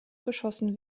geschossen